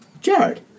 Jared